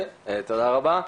תודה רבה.